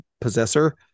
Possessor